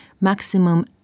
Maximum